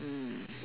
mm